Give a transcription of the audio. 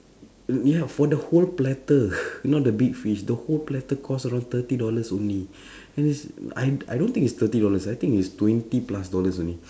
ya for the whole platter not the big fish the whole platter cost around thirty dollars only and is I I don't think is thirty dollars I think is twenty plus dollars only